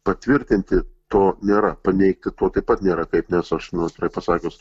patvirtinti to nėra paneigti taip pat nėra kaip nes aš nu atvirai pasakius